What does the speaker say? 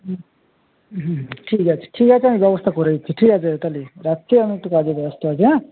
হুম হুম হুম ঠিক আছে ঠিক আছে আমি ব্যবস্থা করে দিচ্ছি ঠিক আছে তাহলে রাখছি আমি একটু কাজে ব্যস্ত আছি অ্যাঁ